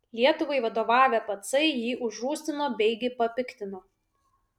lietuvai vadovavę pacai jį užrūstino beigi papiktino